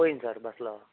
పోయింది సార్ బస్సులో